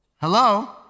hello